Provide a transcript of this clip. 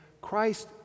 Christ